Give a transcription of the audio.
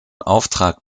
auftrag